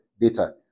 data